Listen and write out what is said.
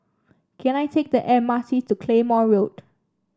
can I take the M R T to Claymore Road